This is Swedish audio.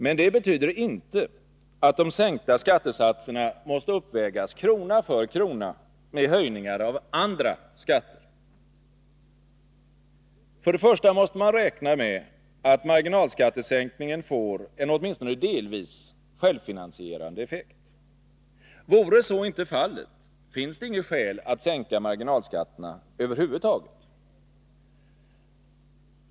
Men det betyder inte att de sänkta skattesatserna måste uppvägas krona för krona med höjningar av andra skatter. För det första måste man räkna med att marginalskattesänkningen får en åtminstone delvis självfinansierande effekt. Vore så inte fallet, finns det inget skäl att sänka marginalskatterna över huvud taget.